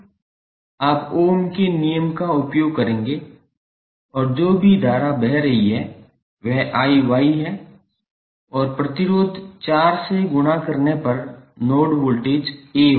आप ओम के नियम का उपयोग करेंगे और जो भी धारा बह रही है वह 𝐼𝑌 है और प्रतिरोध 4 से गुणा करने पर नोड वोल्टेज A होगा